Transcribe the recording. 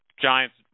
Giants